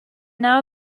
now